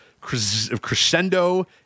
Crescendo